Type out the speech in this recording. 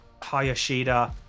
Hayashida